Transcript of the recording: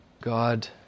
God